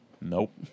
nope